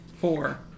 Four